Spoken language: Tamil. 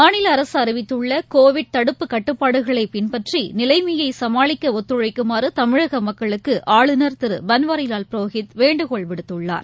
மாநிலஅரசுஅறிவித்துள்ளகோவிட் தடுப்பு கட்டுப்பாடுகளைபின்பற்றி நிலைமையைசமாளிக்கஒத்துழைக்குமாறுதமிழகமக்களுக்குஆளுநர் திருபள்வாரிவால் புரோஹித் வேண்டுகோள் விடுத்துள்ளார்